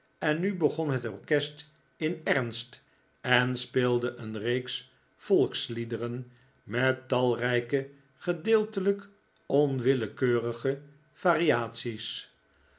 en nu begon het orkest in ernst en speelde een reeks volksliederen met talrijke gedeeltelijk onwillekeurige variaties